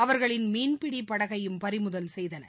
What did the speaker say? அவர்களின் மீன்பிடிபடகையும் பறிமுதல் செய்தனர்